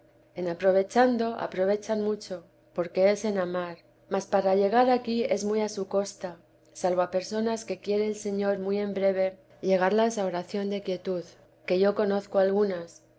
en aprovechando aprovechan mucho porque es en amar mas para llegar aquí es muy a su costa salvo a personas que quiere el señor muy en breve llegarlas a oración de quietud que yo conozco algunas